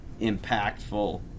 impactful